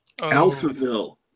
Alphaville